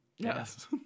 Yes